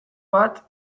bat